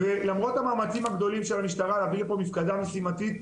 למרות המאמצים הגדולים של המשטרה להביא לפה מפקדה משימתית,